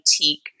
boutique